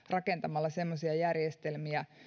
rakentamalla semmoisia järjestelmiä